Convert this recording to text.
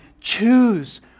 choose